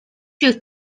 you